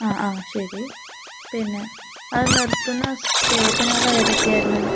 ആ ആ ശരി പിന്നെ അത് നിർത്തുന്ന സ്റ്റേഷനുകൾ ഏതൊക്കെ ആണ്